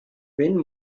when